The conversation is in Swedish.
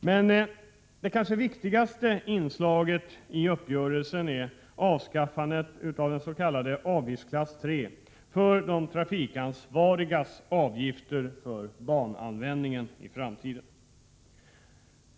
Men det kanske viktigaste inslaget i uppgörelsen är avskaffandet av avgiftsklass 3 för de trafikansvarigas avgifter för bananvändningen i framtiden.